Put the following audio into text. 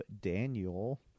Daniel